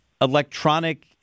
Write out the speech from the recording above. electronic